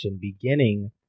beginning